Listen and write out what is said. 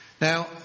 Now